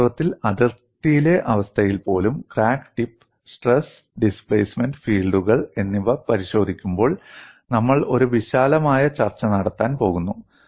വാസ്തവത്തിൽ അതിർത്തിയിലെ അവസ്ഥയിൽപ്പോലും ക്രാക്ക് ടിപ്പ് സ്ട്രെസ് ഡിസ്പ്ലേസ്മെന്റ് ഫീൽഡുകൾ എന്നിവ പരിശോധിക്കുമ്പോൾ നമ്മൾ ഒരു വിശാലമായ ചർച്ച നടത്താൻ പോകുന്നു